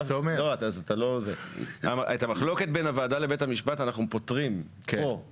את המחלוקת בין הוועדה לבית המשפט אנחנו פותרים פה.